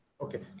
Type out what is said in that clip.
Okay